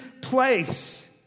place